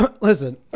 listen